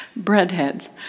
Breadheads